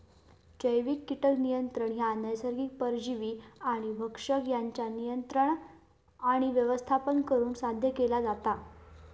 जैविक कीटक नियंत्रण ह्या नैसर्गिक परजीवी आणि भक्षक यांच्या नियंत्रण आणि व्यवस्थापन करुन साध्य केला जाता